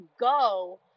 go